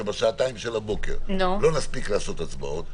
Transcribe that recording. בשעתיים של הבוקר לא נספיק לעשות הצבעות,